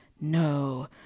no